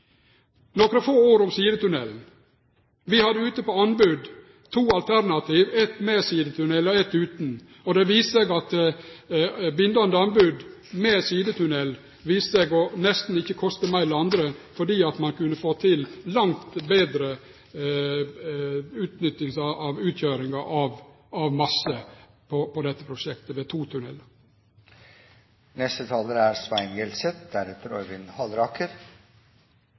Nokre få ord om sidetunnel: Vi har ute på anbod to alternativ – eitt med sidetunnel og eitt utan. Det viser seg at bindande anbod med sidetunnel nesten ikkje kostar meir enn det andre, fordi ein kunne få til ei langt betre utnytting med omsyn til utkjøringa av masse i dette prosjektet med to tunnelar. Det er